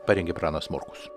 parengė pranas morkus